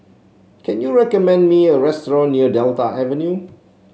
can you recommend me a restaurant near Delta Avenue